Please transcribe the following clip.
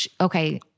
okay –